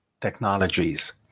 technologies